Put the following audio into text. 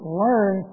learn